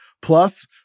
plus